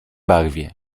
barwie